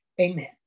Amen